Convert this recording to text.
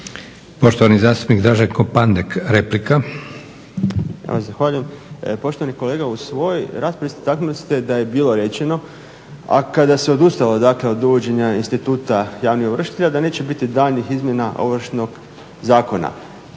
Poštovani zastupnik Draženko Pandek, replika. **Pandek, Draženko (SDP)** Zahvaljujem. Poštovani kolega, u svojoj raspravi istaknuli ste da je bilo rečeno a kada se odustalo dakle od uvođenja instituta javnih ovršitelja da neće biti daljnjih izmjena ovršnog zakona.